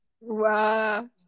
Wow